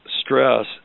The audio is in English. stress